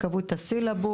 הם קבעו את הסילבוס,